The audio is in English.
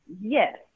yes